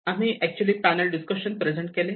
आम्ही actually panel discussion present केले